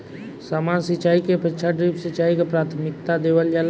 सामान्य सिंचाई के अपेक्षा ड्रिप सिंचाई के प्राथमिकता देवल जाला